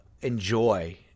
enjoy